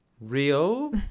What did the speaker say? real